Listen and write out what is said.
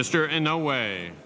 mr and no way